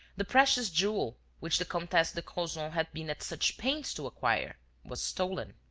the precious jewel which the comtesse de crozon had been at such pains to acquire was stolen.